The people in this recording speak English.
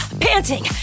panting